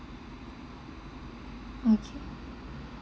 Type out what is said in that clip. okay